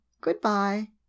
Goodbye